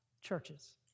churches